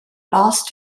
lost